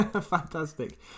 fantastic